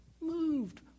moved